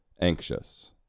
anxious